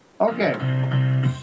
Okay